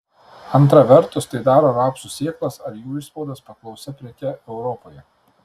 antra vertus tai daro rapsų sėklas ar jų išspaudas paklausia preke europoje